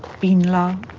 been love?